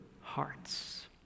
hearts